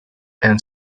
and